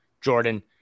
Jordan